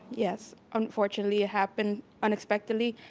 yes, unfortunately it happened unexpectedly,